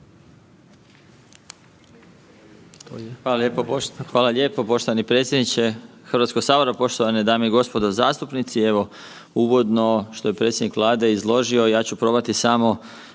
Hvala lijepo poštovani predsjedniče HS, poštovane dame i gospodo zastupnici. Evo uvodno što je predsjednik Vlade izložio, ja ću probati samo,